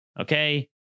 Okay